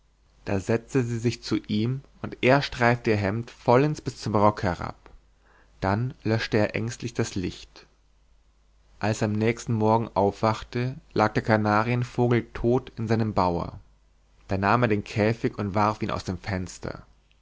da setzte sie sich zu ihm und er streifte ihr hemd vollends bis zum rock herab dann löschte er ängstlich das licht als er am nächsten morgen aufwachte lag der kanarienvogel tot in seinem bauer da nahm er den käfig und warf ihn aus dem fenster